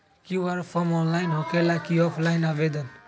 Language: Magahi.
कियु.आर फॉर्म ऑनलाइन होकेला कि ऑफ़ लाइन आवेदन?